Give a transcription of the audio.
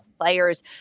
players